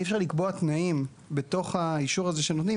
אי אפשר לקבוע תנאים בתוך האישור הזה שנותנים,